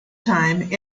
time